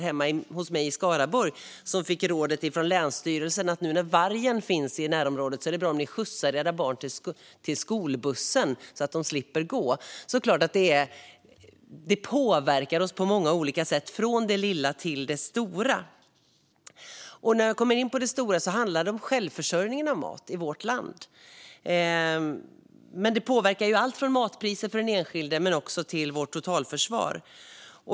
Hemma i Skaraborg har länsstyrelsen till och med gett familjer rådet att skjutsa sina barn till skolbussen eftersom det finns varg i närområdet. Det här påverkar oss alltså på många olika sätt, från det lilla till det stora. Apropå det stora: Självförsörjningen av mat i vårt land påverkar allt från matpriserna för den enskilde till vårt totalförsvar.